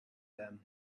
them